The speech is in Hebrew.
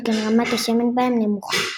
שכן רמת השמן בהם נמוכה.